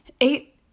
eight